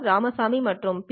ராமசாமி மற்றும் பி